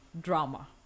drama